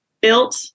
built